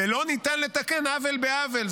ולא ניתן לתקן עוול בעוול.